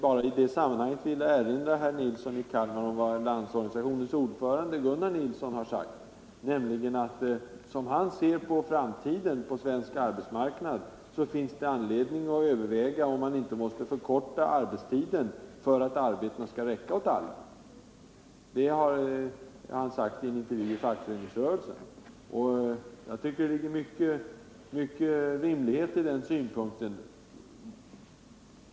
Jag vill i det sammanhanget erinra herr Nilsson i Kalmar om vad LO:s ordförande Gunnar Nilsson har sagt, nämligen att som han ser på framtiden för svensk arbetsmarknad, finns det anledning att överväga om man inte måste förkorta arbetstiden för att arbetena skall räcka åt alla. Detta har han sagt i en intervju i Fackföreningsrörelsen. Jag tycker att den synpunkten är rimlig.